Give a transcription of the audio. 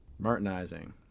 martinizing